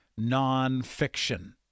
nonfiction